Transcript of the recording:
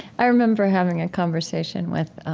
i remember having a conversation with